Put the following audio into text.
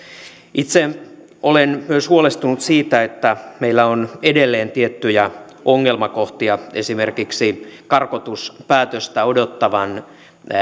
itse olen myös huolestunut siitä että meillä on edelleen tiettyjä ongelmakohtia esimerkiksi karkotuspäätöstä odottavan